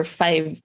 five